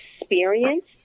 experience